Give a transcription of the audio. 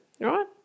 right